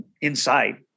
inside